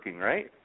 right